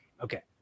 Okay